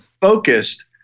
focused